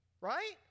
Right